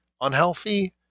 unhealthy